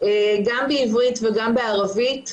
גם בעברית וגם בערבית,